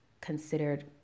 considered